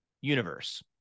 universe